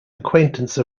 acquaintance